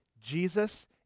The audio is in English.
Jesus